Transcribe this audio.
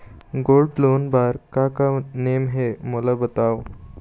Gold loan बार का का नेम हे, मोला बताव?